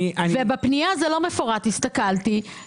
יש בפנייה הצטיידות לקראת ההפעלה של הרכבת.